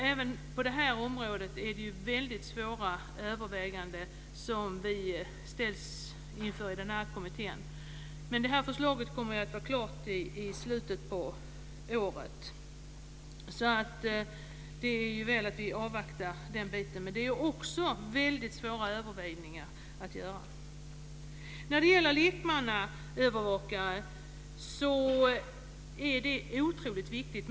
Även på detta område ställs vi inför väldigt svåra överväganden. Kommitténs förslag kommer att vara klart i slutet av året, och det är bra att det avvaktas. Men det är också väldigt svåra avvägningar att göra. Lekmannaövervakare är otroligt viktigt.